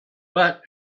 but